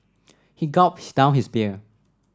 he gulped down his beer